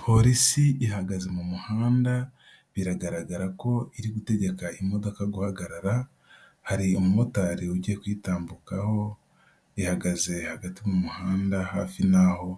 Polisi ihagaze mu muhanda, biragaragara ko iri gutegeka imodoka guhagarara, hari umu motari ugiye kuyitambukaho, bihagaze hagati mu muhanda, hafi n'aho